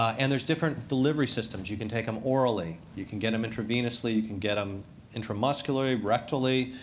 and there's different delivery systems. you can take them orally. you can get them intravenously. you can get them intramuscularly, rectally,